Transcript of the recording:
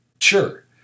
Sure